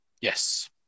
Yes